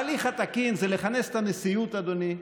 ההליך התקין זה לכנס את הנשיאות, אדוני,